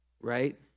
right